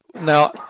Now